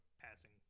passing